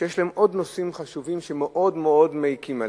שיש להם עוד נושאים חשובים שמאוד מאוד מעיקים עליהם.